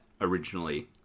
originally